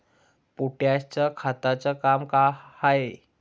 Potash या खताचं काम का हाय?